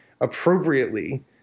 appropriately